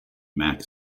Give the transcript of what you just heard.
mack